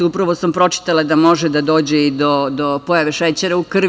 Upravo sam pročitala da može da dođe i do pojave šećera u krvi.